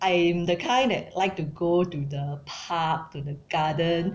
I'm the kind that like to go to the park to the garden